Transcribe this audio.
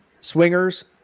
swingers